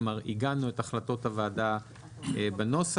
כלומר עיגנו את החלטות הוועדה בנוסח.